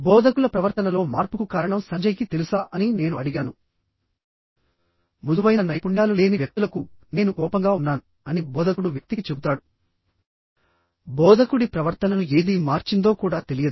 బోధకుల ప్రవర్తనలో మార్పుకు కారణం సంజయ్ కి తెలుసా అని నేను అడిగాను మృదువైన నైపుణ్యాలు లేని వ్యక్తులకు నేను కోపంగా ఉన్నాను అని బోధకుడు వ్యక్తికి చెబుతాడు బోధకుడి ప్రవర్తనను ఏది మార్చిందో కూడా తెలియదు